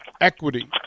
equity